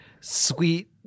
sweet